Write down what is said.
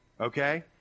Okay